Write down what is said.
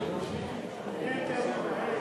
נתקבל.